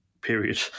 period